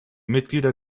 mitglieder